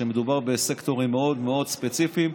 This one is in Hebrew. כשמדובר בסקטורים מאוד מאוד ספציפיים,